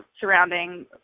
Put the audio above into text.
surrounding